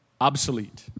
Obsolete